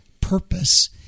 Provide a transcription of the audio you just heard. purpose